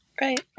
Right